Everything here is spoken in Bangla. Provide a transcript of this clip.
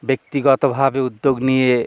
ব্যক্তিগতভাবে উদ্যোগ নিয়ে